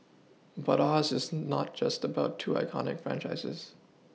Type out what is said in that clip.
but Oz is not just about two iconic franchises